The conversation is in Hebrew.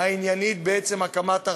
העניינית לעצם הקמת הרשות.